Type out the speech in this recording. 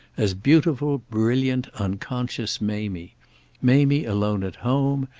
as beautiful brilliant unconscious mamie mamie alone at home,